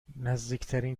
نزدیکترین